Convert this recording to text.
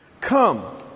Come